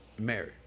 married